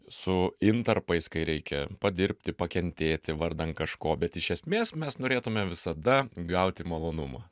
su intarpais kai reikia padirbti pakentėti vardan kažko bet iš esmės mes norėtumėm visada gauti malonumą